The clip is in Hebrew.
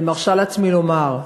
אני מרשה לעצמי לומר,